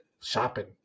shopping